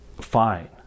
fine